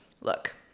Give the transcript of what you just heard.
Look